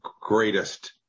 greatest